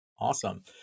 Awesome